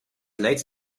late